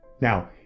Now